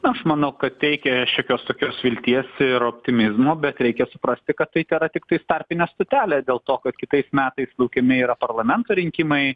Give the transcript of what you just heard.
aš manau kad teikia šiokios tokios vilties ir optimizmo bet reikia suprasti kad tai tėra tiktais tarpinė stotelė dėl to kad kitais metais laukiami yra parlamento rinkimai